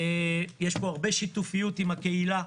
יש פה הרבה שיתופיות עם הקהילה,